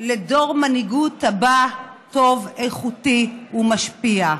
לדור המנהיגות הבא, טוב, איכותי ומשפיע.